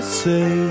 say